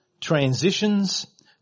transitions